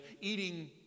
eating